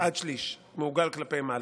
עד שליש, מעוגל כלפי מעלה.